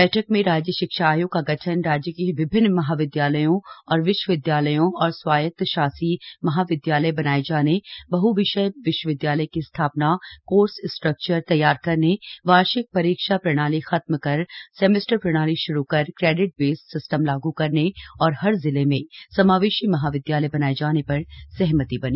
बैठक में राज्य शिक्षा आयोग का गठन राज्य के विभिन्न महाविद्यालयों को विश्वविद्यालयों और स्वायतशासी महाविद्यालय बनाये जाने बह्विषय विश्वविद्यालय की स्थापना कोर्स स्ट्रक्चर तैयार करने वार्षिक परीक्षा प्रणाली खत्म कर सेमेस्टर प्रणाली शुरू कर क्रेडिट बेस सिस्टम लागू करने और हर जिले में समावेशी महाविद्यालय बनाये जाने पर सहमति बनी